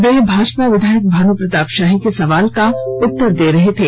वे भाजपा विधायक भानू प्रताप शाही के सवाल का उत्तर दे रहे थे